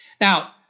Now